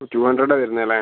two ഹണ്ട്രഡാ വരുന്നതല്ലേ